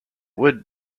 would